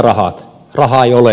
rahaa ei ole